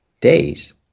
Days